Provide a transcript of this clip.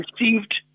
received